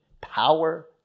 power